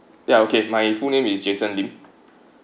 ya okay my full name is jason lim